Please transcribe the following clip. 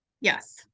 yes